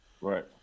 Right